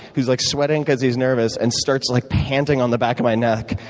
who's like sweating because he's nervous and starts like panting on the back of my neck,